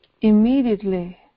Immediately